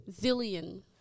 Zillion